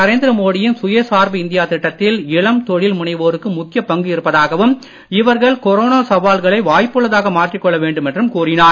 நரேந்திர மோடி யின் சுயசார்பு இந்தியா திட்டத்தில் இளம் தொழில் முனைவோருக்கு முக்கியப் பங்கு இருப்பதாகவும் இவர்கள் கொரோனா வாய்ப்புகளாக மாற்றிக்கொள்ள சவால்களை வேண்டுமென்றும் கூறினார்